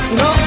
no